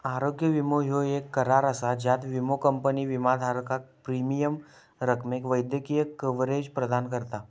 आरोग्य विमो ह्यो येक करार असा ज्यात विमो कंपनी विमाधारकाक प्रीमियम रकमेक वैद्यकीय कव्हरेज प्रदान करता